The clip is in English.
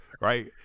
right